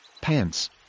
pants